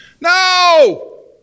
No